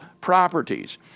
properties